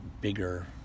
bigger